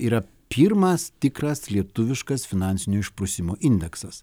yra pirmas tikras lietuviškas finansinio išprusimo indeksas